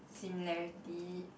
similarity